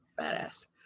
Badass